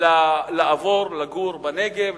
לעבור לגור בנגב,